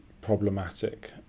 problematic